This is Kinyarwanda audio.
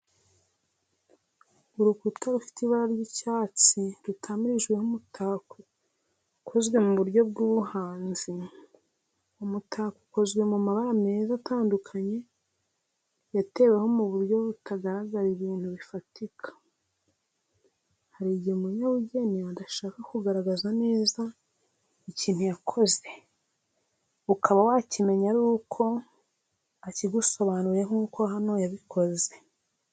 Urukuta rufite ibara ry’icyatsi rutamirijweho umutako ukoze mu buryo bw’ubuhanzi. Uwo mutako ukozwe mu mabara meza atandukanye yateweho mu buryo butagaragaza ibintu bifatika. Hari igihe umunyabugeni adashaka kugaragaza neza ikintu yakoze, ukaba wakimenya ari uko akigusobanuriye nk'uko hano yabikoze.